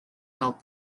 health